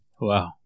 Wow